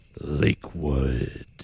Lakewood